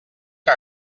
que